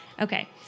Okay